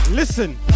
Listen